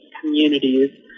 communities